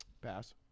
Pass